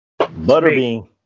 Butterbean